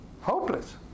hopeless